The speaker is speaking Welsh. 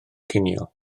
cinio